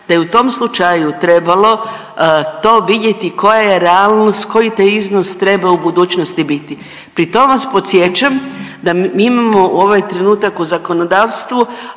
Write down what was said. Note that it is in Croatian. da je u tom slučaju trebalo to vidjeti koja je realnost, koji taj iznos treba u budućnosti biti. Pri tome vas podsjećam da mi imamo ovaj trenutak u zakonodavstvu,